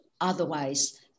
otherwise